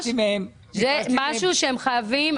זה משהו שהם חייבים,